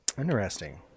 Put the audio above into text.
Interesting